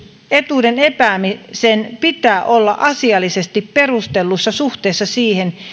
etuuden epäämisen pitää olla asiallisesti perustellussa suhteessa siihen